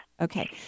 Okay